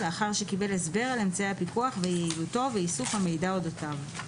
לאחר שקיבל הסבר על אמצעי הפיקוח ויעילותו ואיסוף המידע על אודותיו.